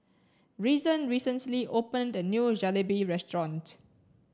reason recently opened a new Jalebi restaurant